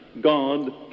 God